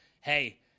hey